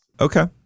Okay